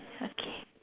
okay